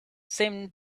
seemed